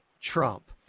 Trump